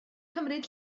cymryd